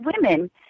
women